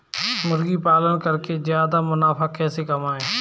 मुर्गी पालन करके ज्यादा मुनाफा कैसे कमाएँ?